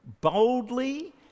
Boldly